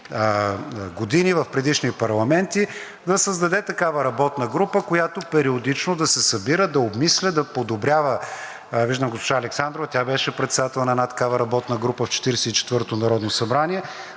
години, в предишни парламенти да създаде такава работна група, която периодично да се събира, да обмисля, да подобрява. Виждам госпожа Александрова – тя беше председател на една такава работна група в Четиридесет и